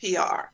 PR